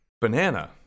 banana